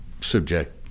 subject